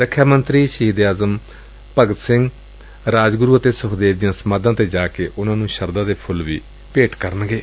ਰੱਖਿਆ ਮੰਤਰੀ ਸ਼ਹੀਦ ਏ ਆਜ਼ਮ ਸਰਦਾਰ ਭਗਤ ਸਿੰਘ ਰਾਜਗੁਰੂ ਅਤੇ ਸੁਖਦੇਵ ਦੀਆਂ ਸਮਾਧਾਂ ਤੇ ਜਾ ਕੇ ਉਨ੍ਹਾਂ ਨ੍ਰੰ ਸ਼ਰਧਾ ਕੇ ਫੁੱਲ ਵੀ ਭੇਟ ਕਰਨਗੇ